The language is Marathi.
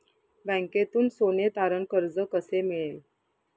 बँकेतून सोने तारण कर्ज कसे मिळेल?